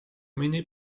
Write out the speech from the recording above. mõni